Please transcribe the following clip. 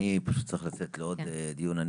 אני פשוט צריך לצאת לעוד דיון.